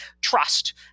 trust